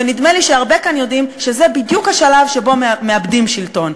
ונדמה לי שהרבה כאן יודעים שזה בדיוק השלב שבו מאבדים שלטון.